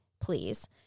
please